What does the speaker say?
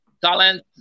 talent